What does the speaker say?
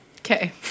Okay